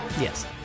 Yes